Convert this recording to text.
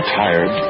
tired